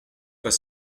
pas